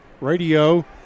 Radio